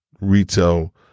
retail